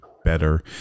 better